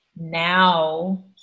now